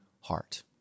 heart